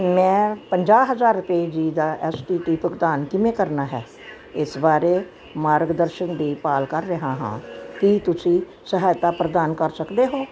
ਮੈਂ ਪੰਜਾਹ ਹਜ਼ਾਰ ਰੁਪਏ ਦਾ ਜੀ ਐੱਸ ਟੀ ਭੁਗਤਾਨ ਕਿਵੇਂ ਕਰਨਾ ਹੈ ਇਸ ਬਾਰੇ ਮਾਰਗਦਰਸ਼ਨ ਦੀ ਭਾਲ ਕਰ ਰਿਹਾ ਹਾਂ ਕੀ ਤੁਸੀਂ ਸਹਾਇਤਾ ਪ੍ਰਦਾਨ ਕਰ ਸਕਦੇ ਹੋ